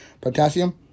Potassium